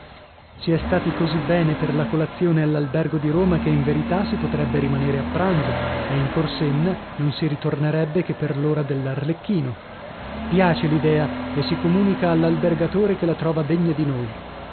si è stati così bene per la colazione all'albergo di roma che in verità si potrebbe rimanere a pranzo e in corsenna non si ritornerebbe che per l'ora dell'arlecchino piace l'idea e si comunica all'albergatore che la trova degna di noi